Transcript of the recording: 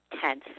tense